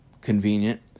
convenient